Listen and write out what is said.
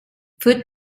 food